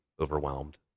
overwhelmed